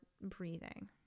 breathing